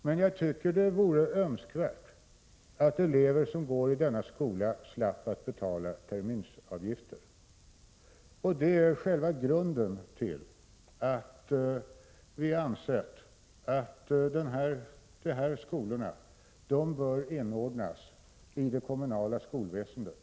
Men jag tycker det vore Önskvärt att de elever som går i de skolor Ylva Annerstedt åberopar slapp betala terminsavgifter. Det är själva grunden till att vi anser att dessa skolor bör inordnas i det kommunala skolväsendet.